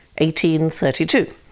1832